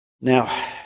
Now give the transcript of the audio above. Now